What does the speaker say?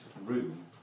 room